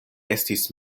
estis